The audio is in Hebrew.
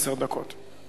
עשר דקות.